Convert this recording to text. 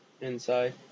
Inside